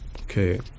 Okay